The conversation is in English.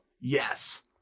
Yes